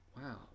wow